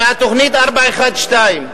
מהתוכנית 412,